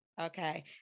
Okay